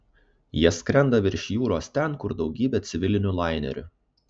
jie skrenda virš jūros ten kur daugybė civilinių lainerių